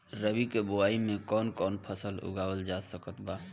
रबी के बोआई मे कौन कौन फसल उगावल जा सकत बा?